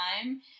time